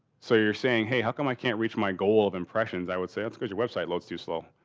so, you're saying hey, how come i can't reach my goal of impressions? i would say it's because your website loads too slow.